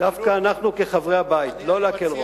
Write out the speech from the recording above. דווקא אנחנו, כחברי הבית, לא להקל ראש.